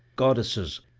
goddesses,